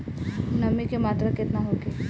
नमी के मात्रा केतना होखे?